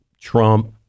Trump